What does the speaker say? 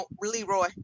Leroy